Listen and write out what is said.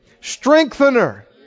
Strengthener